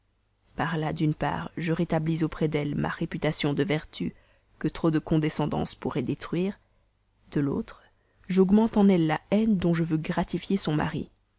par-là d'une part je rétablis auprès d'elle ma réputation de vertu que trop de condescendance pourrait détruire de l'autre j'augmente en elle la haine dont je veux gratifier son mari